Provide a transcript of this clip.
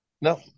No